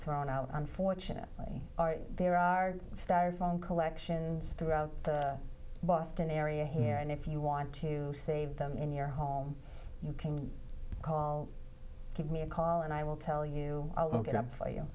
thrown out unfortunately there are styrofoam collections throughout the boston area here and if you want to save them in your home you can call me a call and i will tell you i'll look it up for y